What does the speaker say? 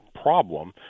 Problem